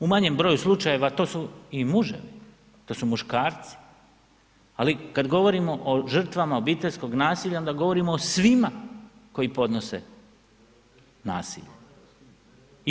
U manjem broju slučajeva to su i muževi, to su muškarci, ali kad govorimo o žrtvama obiteljskoga nasilja onda govorimo o svima koji podnose nasilje.